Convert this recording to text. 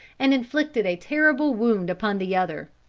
and inflicted a terrible wound upon the other.